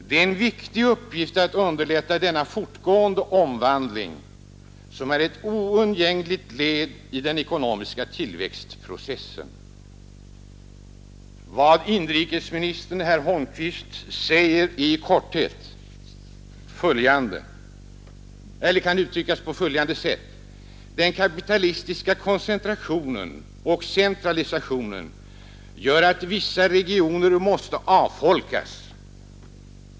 Det är en viktig uppgift att underlätta denna fortgående omvandling, som är ett oundgängligt led i den ekonomiska tillväxtprocessen.” Vad inrikesminister Holmqvist här säger kan i korthet uttryckas på följande sätt: Den kapitalistiska koncentrationen och centralisationen gör att vissa regioner måste avfolkas.